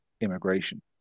immigration